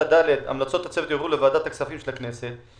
"המלצות הצוות יועברו לוועדת הכספים של הכנסת".